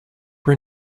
were